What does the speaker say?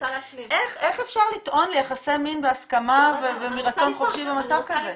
איך אפשר לטעון ליחסי מין בהסכמה ומרצון חופשי במצב כזה?